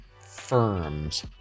firms